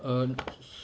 err